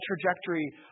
trajectory